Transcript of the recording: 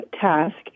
task